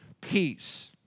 peace